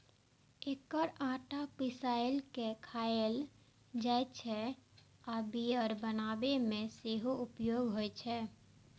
एकर आटा पिसाय के खायल जाइ छै आ बियर बनाबै मे सेहो उपयोग होइ छै